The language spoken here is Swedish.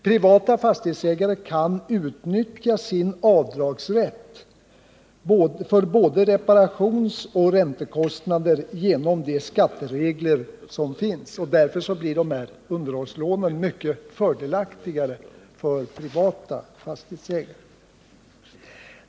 Privata fastighetsägare kan utnyttja sin avdragsrätt för både reparationsoch räntekostnader genom de skatteregler som finns, och därför blir de här underhållslånen mycket fördelaktigare för privata fastighetsägare.